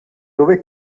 dove